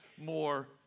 more